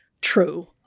True